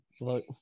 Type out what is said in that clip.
Look